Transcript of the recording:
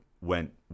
went